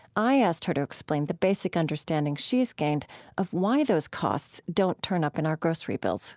i asked her to explain the basic understanding she has gained of why those costs don't turn up in our grocery bills